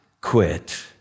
quit